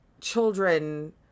children